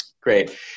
Great